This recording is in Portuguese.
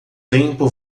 tempo